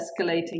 escalating